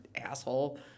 asshole